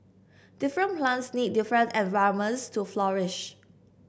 different plants need different environments to flourish